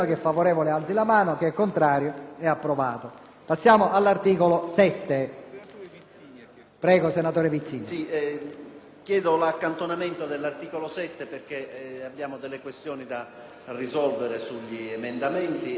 Presidente, chiedo l'accantonamento dell'articolo 7 perché abbiamo delle questioni da risolvere sugli emendamenti e sul testo approvato dalla Commissione.